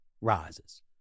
rises